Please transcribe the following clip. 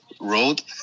road